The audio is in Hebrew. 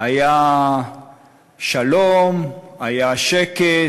היה שלום, היה שקט,